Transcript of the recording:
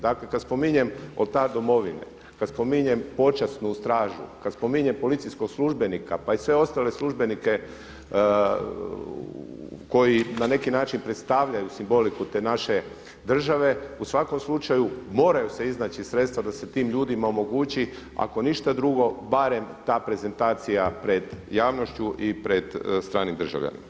Dakle, kad spominjem Oltar domovine, kad spominjem počasnu stražu, kad spominjem policijskog službenika pa i sve ostale službenike koji na neki način predstavljaju simboliku te naše države, u svakom slučaju moraju se iznaći sredstva da se tim ljudima omogući ako ništa drugo barem ta prezentacija pred javnošću i pred stranim državljanima.